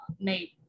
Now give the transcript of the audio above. made